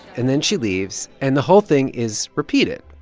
and then she leaves. and the whole thing is repeated.